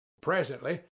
Presently